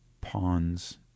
pawns